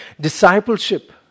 discipleship